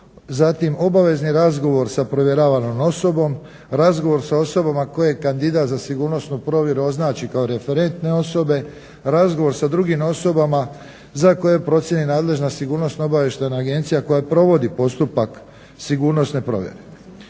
zatim obavezni razgovor sa provjeravanom osobom, razgovor sa osobama koje kandidat za sigurnosnu provjeru označe kao referentne osobe, razgovor sa drugim osobama za koje procijeni nadležna sigurnosno-obavještajna agencija koja provodi postupak sigurnosne provjere.